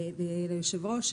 היושב-ראש,